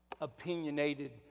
opinionated